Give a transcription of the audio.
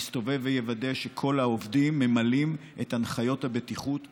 יסתובב ויוודא שכל העובדים ממלאים את הנחיות הבטיחות במלואן.